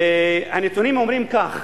הנתונים אומרים כך,